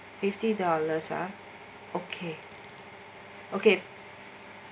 fifty dollars ah okay okay